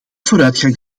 vooruitgang